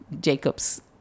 Jacob's